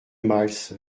miles